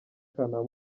kanama